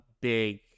big